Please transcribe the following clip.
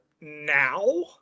now